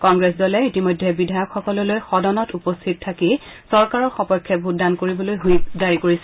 কংগ্ৰেছ দলে ইতিমধ্যে বিধায়কসকললৈ সদনত উপস্থিত থাকি চৰকাৰৰ সপক্ষে ভোটদান কৰিবলৈ ছইপ জাৰী কৰিছে